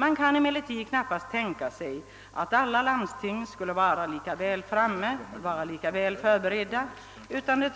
Man kan emellertid knappast tänka sig att alla landsting skulle vara lika väl förberedda, utan vissa